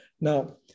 Now